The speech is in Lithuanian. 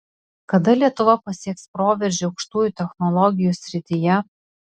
kada lietuva pasieks proveržį aukštųjų technologijų srityje